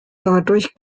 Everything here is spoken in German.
dadurch